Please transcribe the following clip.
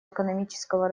экономического